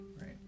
Right